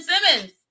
simmons